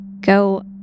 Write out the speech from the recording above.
go